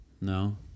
No